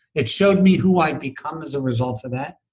it showed me who i'd become as result of that.